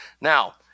Now